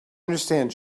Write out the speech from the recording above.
understand